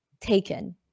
taken